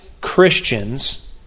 Christians